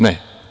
Ne.